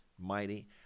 mighty